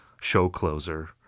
show-closer